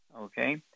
okay